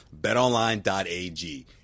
Betonline.ag